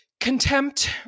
contempt